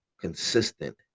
consistent